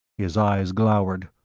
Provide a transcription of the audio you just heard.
his eyes glowered.